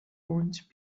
orange